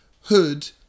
hood